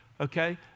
okay